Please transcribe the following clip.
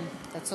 כן, אתה צודק.